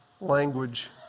language